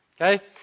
Okay